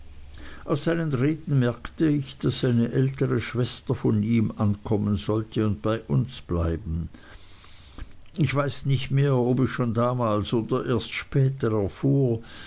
aus seinen reden merkte ich daß eine ältere schwester von ihm ankommen sollte und bei uns bleiben ich weiß nicht mehr ob ich schon damals oder erst später erfuhr